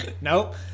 Nope